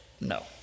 No